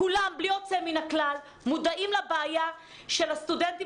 כולם בלי יוצא מן הכלל מודעים לבעיה של הסטודנטים